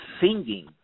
singing